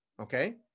Okay